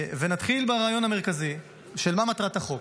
ונתחיל ברעיון המרכזי של מה מטרת החוק.